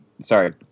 Sorry